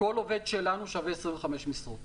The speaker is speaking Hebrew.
כל עובד שלנו שווה 25 משרות.